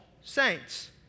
saints